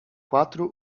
quatro